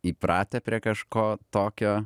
įpratę prie kažko tokio